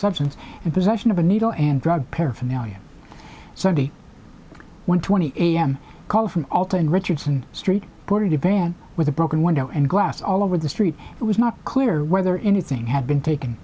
substance and possession of a needle and drug paraphernalia sunday one twenty a m call from alton richardson street boarded a van with a broken window and glass all over the street it was not clear whether anything had been taken